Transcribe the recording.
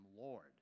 Lord